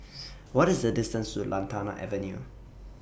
What IS The distance to Lantana Avenue